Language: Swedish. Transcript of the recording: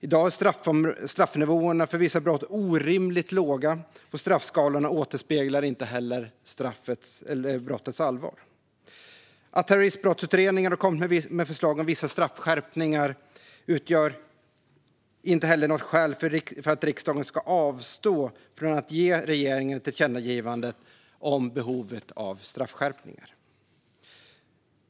I dag är straffnivåerna för vissa brott orimligt låga, och straffskalorna återspeglar inte heller brottets allvar. Att terroristbrottsutredningen har kommit med förslag om vissa straffskärpningar utgör inte något skäl för att riksdagen ska avstå från att ge regeringen ett tillkännagivande om behovet av straffskärpningar.